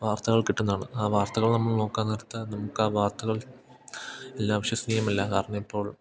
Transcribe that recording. വാർത്തകൾ കിട്ടുന്നതാണ് ആ വാർത്തകൾ നമ്മൾ നോക്കാൻ നേരത്ത് നമുക്കാ വാർത്തകൾ എല്ലാ വിശ്വസനീയമല്ല കാരണം ഇപ്പോൾ